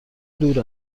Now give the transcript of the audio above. دور